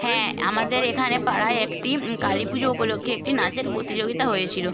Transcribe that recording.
হ্যাঁ আমাদের এখানে পাড়ায় একটি কালী পুজো উপলক্ষে একটি নাচের প্রতিযোগিতা হয়েছিলো